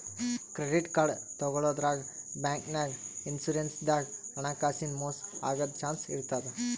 credit card ತಗೋಳಾದ್ರಾಗ್, ಬ್ಯಾಂಕ್ನಾಗ್, insurance ದಾಗ್ ಹಣಕಾಸಿನ್ ಮೋಸ್ ಆಗದ್ ಚಾನ್ಸ್ ಇರ್ತದ್